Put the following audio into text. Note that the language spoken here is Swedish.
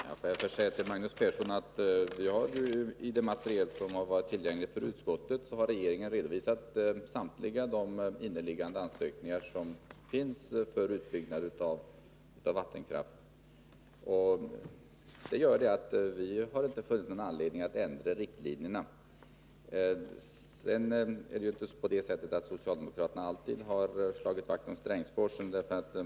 Herr talman! Får jag först till Magnus Persson säga beträffande det material som varit tillgängligt för utskottet att regeringen har redovisat samtliga aktuella ansökningar om utbyggnad av vattenkraften. Därför har vi inte funnit någon anledning att ändra på riktlinjerna. Vidare vill jag framhålla att socialdemokraterna alltid har slagit vakt om Strängsforsen.